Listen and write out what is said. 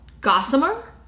Gossamer